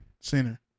center